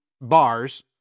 bars